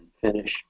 finish